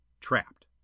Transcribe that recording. Trapped